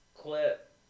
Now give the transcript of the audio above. clip